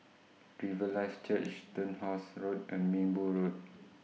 Riverlife Church Turnhouse Road and Minbu Road